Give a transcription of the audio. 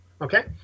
Okay